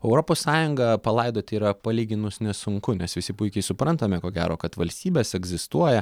europos sąjungą palaidot yra palyginus nesunku nes visi puikiai suprantame ko gero kad valstybės egzistuoja